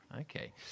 Okay